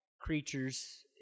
creatures